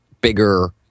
bigger